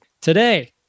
Today